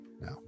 No